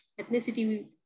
ethnicity